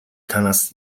танаас